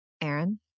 Aaron